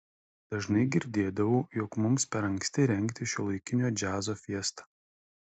dažnai girdėdavau jog mums per anksti rengti šiuolaikinio džiazo fiestą